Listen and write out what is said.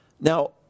Now